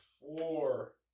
four